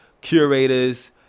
curators